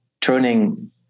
turning